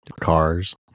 Cars